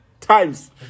times